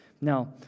Now